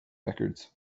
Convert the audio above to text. records